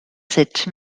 sept